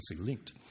linked